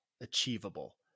achievable